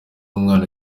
umwana